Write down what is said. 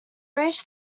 reached